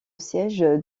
siège